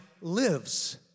lives